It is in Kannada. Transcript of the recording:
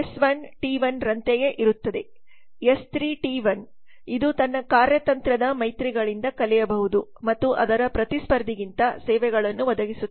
ಎಸ್ 3 ಟಿ 1S3 T1 ಇದು ತನ್ನ ಕಾರ್ಯತಂತ್ರದ ಮೈತ್ರಿಗಳಿಂದ ಕಲಿಯಬಹುದು ಮತ್ತು ಅದರ ಪ್ರತಿಸ್ಪರ್ಧಿಗಿಂತ ಸೇವೆಗಳನ್ನು ಒದಗಿಸುತ್ತದೆ